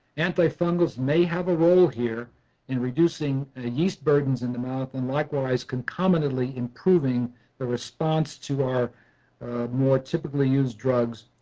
antifungals may have a role here in reducing ah yeast burdens in the mouth and likewise can commonly improve the response to our more typically used drugs,